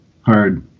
hard